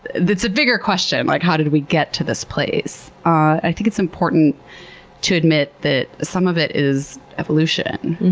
it's a bigger question, like how did we get to this place? ah i think it's important to admit that some of it is evolution.